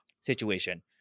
situation